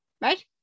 right